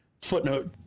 Footnote